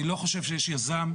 אני לא חושב שיש יזם,